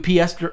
UPS